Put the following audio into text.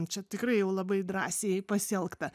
čia tikrai jau labai drąsiai pasielgta